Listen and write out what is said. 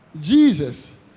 Jesus